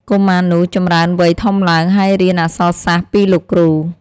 កុមារនោះចម្រើនវ័យធំឡើង ហើយរៀនអក្សរសាស្ត្រពីលោកគ្រូ ។